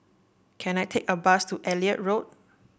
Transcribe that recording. can I take a bus to Elliot Road